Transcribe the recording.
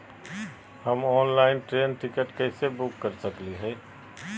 हम online train ticket कैसे book कर सकली हई?